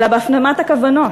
אלא בהפנמת הכוונות,